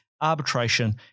arbitration